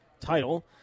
title